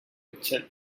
itself